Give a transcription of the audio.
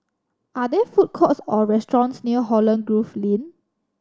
are there food courts or restaurants near Holland Grove Lane